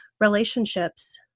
relationships